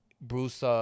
Bruce